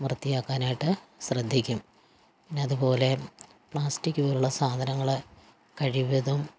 വൃത്തിയാക്കാനായിട്ട് ശ്രദ്ധിക്കും പിന്നെയതുപോലെ പ്ലാസ്റ്റിക്ക് പോലെയുള്ള സാധനങ്ങൾ കഴിവതും